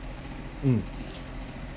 mm